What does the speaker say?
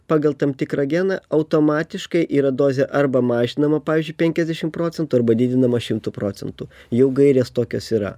pagal tam tikrą geną automatiškai yra dozė arba mažinama pavyzdžiui penkiasdešim procentų arba didinama šimtu procentų jau gairės tokios yra